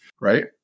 right